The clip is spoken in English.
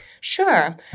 Sure